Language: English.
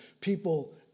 People